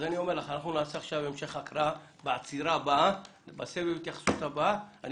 אנחנו נעשה עכשיו המשך הקראה ובסבב ההתייחסות הבא אני